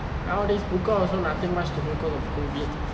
nowadays book out also nothing much to do cause of COVID